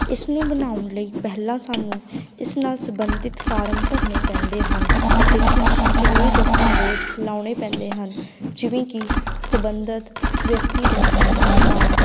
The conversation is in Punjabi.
ਇਸ ਨੂੰ ਬਣਾਉਣ ਲਈ ਪਹਿਲਾਂ ਸਾਨੂੰ ਇਸ ਨਾਲ ਸੰਬੰਧਿਤ ਫਾਰਮ ਭਰਨੇ ਪੈਂਦੇ ਹਨ ਅਤੇ ਕੁਛ ਜ਼ਰੂਰੀ ਦਸਤਾਵੇਜ਼ ਲਾਉਣੇ ਪੈਂਦੇ ਹਨ ਜਿਵੇਂ ਕਿ ਸੰਬੰਧਿਤ ਵਿਅਕਤੀ ਦਾ ਆਧਾਰ ਕਾਰਡ